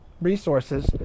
resources